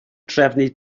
drefnu